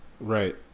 right